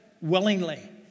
willingly